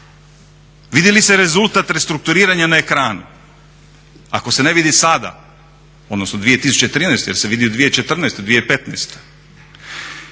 Vidi li se rezultat restrukturiranja na ekranu? Ako se ne vidi sada odnosno 2013. jer se vidi u 2014., 2015.?